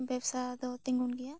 ᱵᱮᱵᱽᱥᱟ ᱫᱚ ᱛᱤᱸᱜᱩᱱ ᱜᱮᱭᱟ